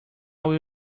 will